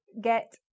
get